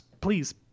Please